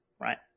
right